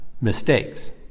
mistakes